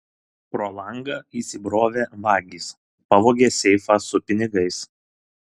pro langą įsibrovę vagys pavogė seifą su pinigais